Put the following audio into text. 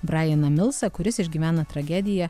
braeną milsą kuris išgyvena tragediją